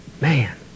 Man